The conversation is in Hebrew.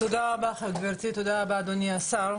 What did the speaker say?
תודה רבה גבירתי, תודה רבה אדוני השר.